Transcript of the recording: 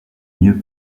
mieux